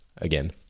again